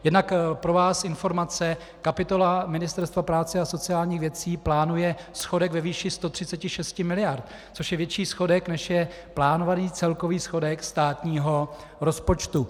Jednak pro vás informace, kapitola Ministerstva práce a sociálních věcí plánuje schodek ve výši 136 mld., což je větší schodek, než je plánovaný celkový schodek státního rozpočtu.